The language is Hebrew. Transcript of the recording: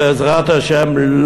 בעזרת השם,